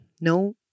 no